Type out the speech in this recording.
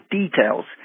details